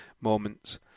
moments